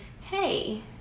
hey